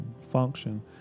function